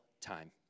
time